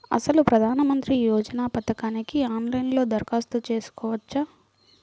అసలు ప్రధాన మంత్రి యోజన పథకానికి ఆన్లైన్లో దరఖాస్తు చేసుకోవచ్చా?